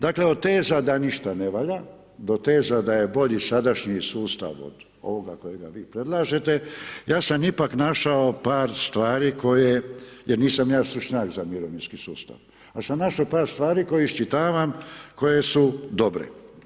Dakle, od teza da ništa ne valja do teza da je bolji sadašnji sustav od ovoga kojega vi predlažete ja sam ipak našao par stvari koje, jer nisam ja stručnjak za mirovinski sustava, al sam našo par stvari koje iščitavam koje su dobre.